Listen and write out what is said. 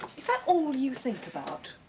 is that all you think about?